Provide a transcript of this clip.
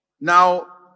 Now